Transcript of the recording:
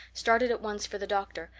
started at once for the doctor,